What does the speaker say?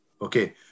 Okay